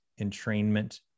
entrainment